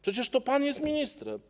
Przecież to pan jest ministrem.